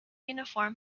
uniform